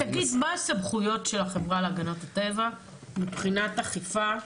מה הסמכויות של החברה להגנת הטבע מבחינת אכיפה?